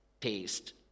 taste